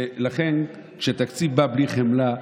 ולכן, כשתקציב בא בלי חמלה,